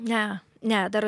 ne ne dar